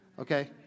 okay